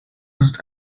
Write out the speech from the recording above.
ist